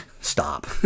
stop